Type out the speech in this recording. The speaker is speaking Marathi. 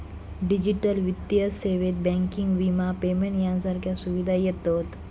डिजिटल वित्तीय सेवेत बँकिंग, विमा, पेमेंट सारख्या सुविधा येतत